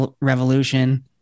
Revolution